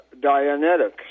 Dianetics